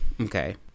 okay